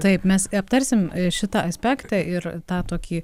taip mes aptarsim šitą aspektą ir tą tokį